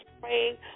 praying